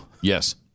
Yes